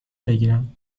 بگیرم